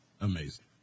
amazing